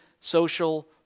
social